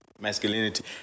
masculinity